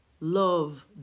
Love